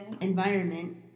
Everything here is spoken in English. environment